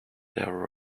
their